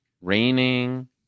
raining